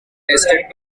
tested